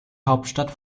hauptstadt